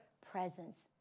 presence